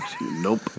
Nope